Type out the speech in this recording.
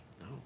No